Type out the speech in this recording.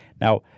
Now